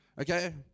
Okay